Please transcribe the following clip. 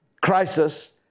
crisis